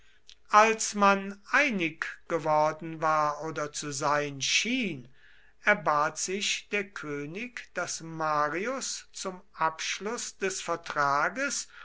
als man einig geworden war oder zu sein schien erbat sich der könig daß marius zum abschluß des vertrages